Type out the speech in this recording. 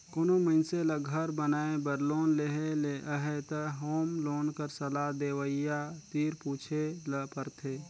कोनो मइनसे ल घर बनाए बर लोन लेहे ले अहे त होम लोन कर सलाह देवइया तीर पूछे ल परथे